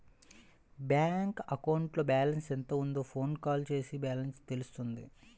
bank అకౌంట్లో balance ఎంత ఉందో ఫోన్ కాల్ చేసినా బ్యాలెన్స్ తెలుస్తుంది